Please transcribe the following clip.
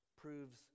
proves